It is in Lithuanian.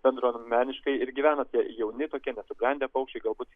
bendruomeniškai ir gyvena tie jauni tokie nesubrendę paukščiai galbūt